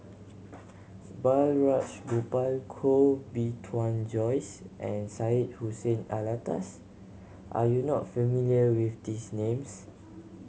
Balraj Gopal Koh Bee Tuan Joyce and Syed Hussein Alatas are you not familiar with these names